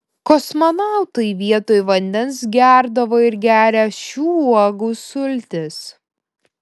kosmonautai vietoj vandens gerdavo ir geria šių uogų sultis